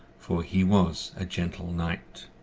for he was a gentle knight.